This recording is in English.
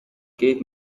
gave